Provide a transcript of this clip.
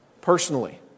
Personally